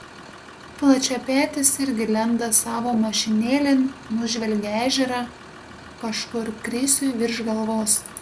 plačiapetis irgi lenda savo mašinėlėn nužvelgia ežerą kažkur krisiui virš galvos